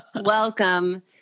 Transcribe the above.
Welcome